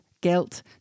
guilt